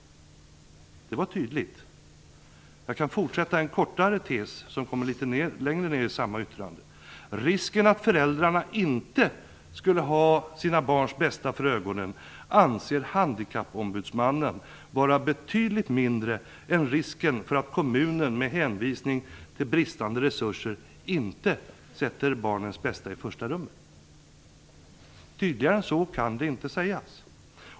Det var tydligt. Jag kan fortsätta med att citera en kortare tes som kommer litet längre ner i samma yttrande: "Risken att föräldrarna inte skulle ha sina barns bästa för ögonen anser handikappombudsmannen vara betydligt mindre än risken för att kommunen med hänvisning till bristande resurser inte sätter barnets bästa i främsta rummet." Tydligare än så kan det inte sägas.